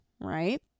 right